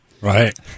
right